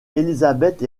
élisabeth